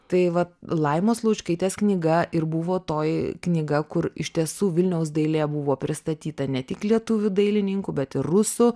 tai va laimos laučkaitės knyga ir buvo toji knyga kur iš tiesų vilniaus dailė buvo pristatyta ne tik lietuvių dailininkų bet ir rusų